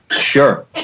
Sure